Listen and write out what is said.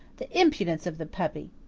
the impudence of the puppy!